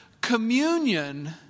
communion